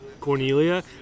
Cornelia